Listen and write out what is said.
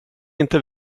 inte